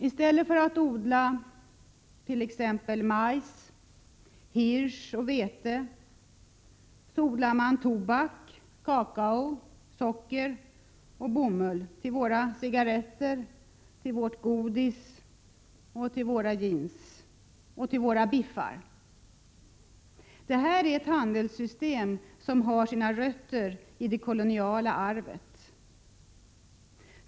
I stället för att odla t.ex. majs, hirs och vete odlar man tobak, kakao, socker och bomull till våra cigarretter, till vårt godis och till våra jeans. Detta är ett handelssystem som har sin rötter i det koloniala arvet.